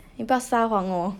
你不要撒谎 orh